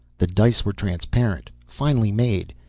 the dice were transparent, finely made,